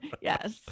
yes